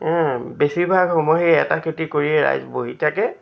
বেছিভাগ সময়েই এটা খেতি কৰিয়েই ৰাইজ বহি থাকে